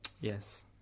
Yes